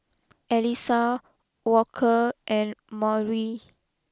Elisa Walker and Maury